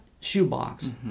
shoebox